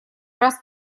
раз